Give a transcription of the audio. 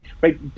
right